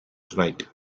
tonight